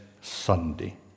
Sunday